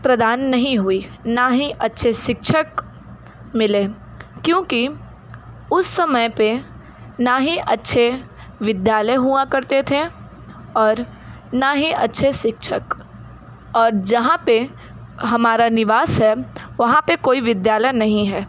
प्रदान नहीं हुई न ही अच्छे शिक्षक मिले क्योंकि उस समय पर न ही अच्छे विद्यालय हुआ करते थे और न ही अच्छे शिक्षक और जहाँ पर हमारा निवास है वहाँ पर कोई विद्यालय नहीं है